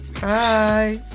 bye